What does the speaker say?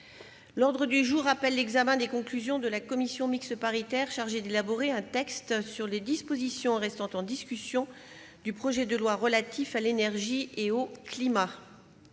L'ordre du jour appelle l'examen des conclusions de la commission mixte paritaire chargée d'élaborer un texte sur les dispositions restant en discussion du projet de loi relatif à l'énergie et au climat